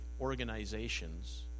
organizations